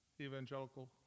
evangelical